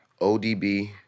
ODB